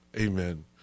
Amen